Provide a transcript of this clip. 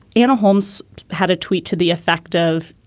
anna holmes had a tweet to the effect of,